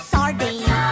Sardine